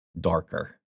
darker